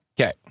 Okay